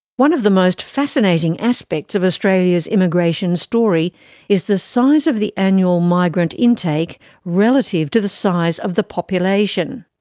one of the most fascinating aspects of australia's immigration story is the size of the annual migrant intake relative to the size of the population.